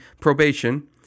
probation